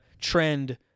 trend